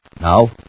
Now